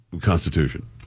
Constitution